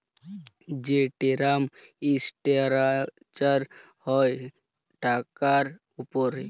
যে term structure হ্যয় টাকার উপরে